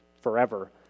forever